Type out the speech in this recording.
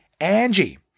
Angie